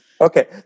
Okay